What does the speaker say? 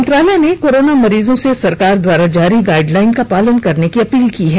मंत्रालय ने कोरोना मरीजों से सरकार द्वारा जारी गाइडलाइन का पालन करने की अपील की है